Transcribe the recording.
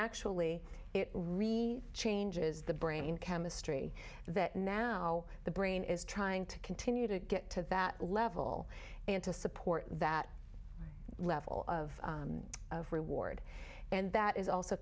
actually it really changes the brain chemistry that now the brain is trying to continue to get to that level and to support that level of reward and that is also